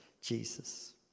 Jesus